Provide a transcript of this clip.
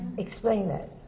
explain that.